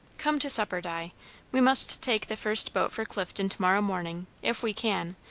come to supper, di we must take the first boat for clifton to-morrow morning, if we can,